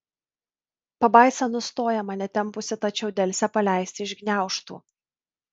pabaisa nustoja mane tempusi tačiau delsia paleisti iš gniaužtų